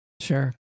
Sure